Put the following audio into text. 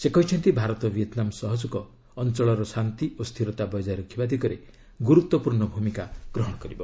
ସେ କହିଛନ୍ତି ଭାରତ ଭିଏତନାମ୍ ସହଯୋଗ ଅଞ୍ଚଳର ଶାନ୍ତି ଓ ସ୍ଥିରତା ବଜାୟ ରଖିବା ଦିଗରେ ଗୁରୁତ୍ୱପୂର୍ଣ୍ଣ ଭୂମିକା ଗ୍ରହଣ କରିବ